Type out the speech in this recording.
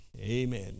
Amen